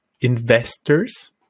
investors